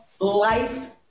life